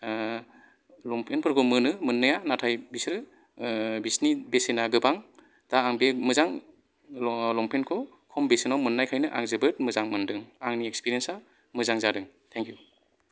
लंपेन्टफोरखौ मोनो मोननाया नाथाय बिसोरो बिसिनि बेसेना गोबां दा आं बे मोजां लंपेन्टखौ खम बेसेनाव मोननायखायनो आं जोबोद मोजां मोनदों आंनि एक्सपेरियेन्सआ मोजां जादों थेंक इउ